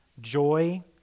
Joy